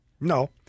No